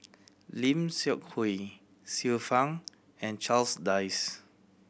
Lim Seok Hui Xiu Fang and Charles Dyce